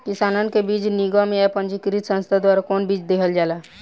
किसानन के बीज निगम या पंजीकृत संस्था द्वारा कवन बीज देहल जाला?